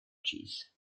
cheese